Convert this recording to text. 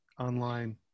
online